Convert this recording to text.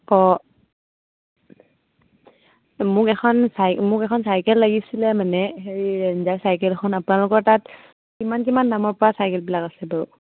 অঁ মোক এখন চাইকেল লাগিছিলে মানে হেৰি ৰেঞ্জাৰ চাইকেল এখন আপোনালোকৰ তাত কিমান কিমান দামৰ পৰা চাইকেলবিলাক আছে বাৰু